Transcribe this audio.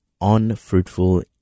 unfruitful